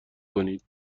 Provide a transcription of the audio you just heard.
کنید